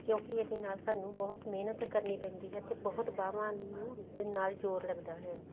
ਕਿਉਂਕਿ ਇਹਦੇ ਨਾਲ ਸਾਨੂੰ ਬਹੁਤ ਮਿਹਨਤ ਕਰਨੀ ਪੈਂਦੀ ਹੈ ਅਤੇ ਬਹੁਤ ਬਾਹਾਂ ਨੂੰ ਦੇ ਨਾਲ ਜ਼ੋਰ ਲੱਗਦਾ ਹੈ